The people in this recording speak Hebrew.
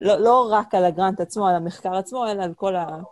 לא רק על הגרנט עצמו, על המחקר עצמו, אלא על כל ה...